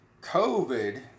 COVID